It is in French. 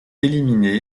éliminé